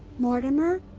mortimer.